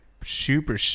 super